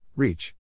Reach